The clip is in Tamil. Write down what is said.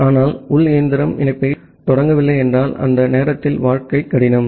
ஆனால் உள் இயந்திரம் இணைப்பைத் தொடங்கவில்லை என்றால் அந்த நேரத்தில் வாழ்க்கை கடினம்